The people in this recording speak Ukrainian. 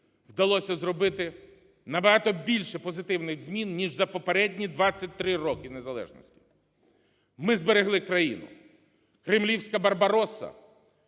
вдалося зробити набагато більше позитивних змін, ніж за попередні 23 роки незалежності. Ми зберегли країну. Кремлівська "Барбаросса",